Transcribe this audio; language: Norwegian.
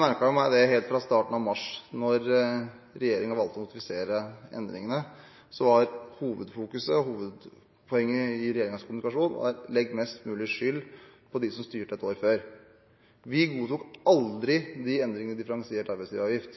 merket meg at helt fra starten av mars, da regjeringen valgte å presentere endringene, var hovedfokuset og hovedpoenget i regjeringens kommunikasjon å legge mest mulig skyld på dem som styrte et år før. Vi godtok aldri de endringene i differensiert arbeidsgiveravgift.